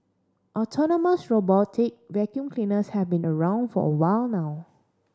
autonomous robotic vacuum cleaners have been around for a while now